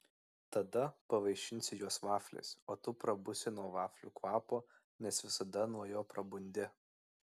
tada pavaišinsiu juos vafliais o tu prabusi nuo vaflių kvapo nes visada nuo jo prabundi